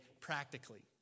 practically